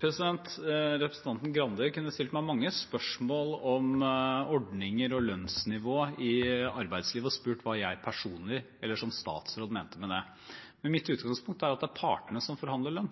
Representanten Grande kunne ha stilt meg mange spørsmål om ordninger og lønnsnivå i arbeidslivet og spurt hva jeg personlig eller som statsråd mente om det. Mitt utgangspunkt er at det er partene som forhandler lønn.